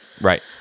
Right